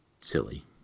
silly